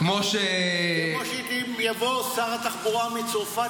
כמו ש --- כמו שיבוא שר התחבורה מצרפת,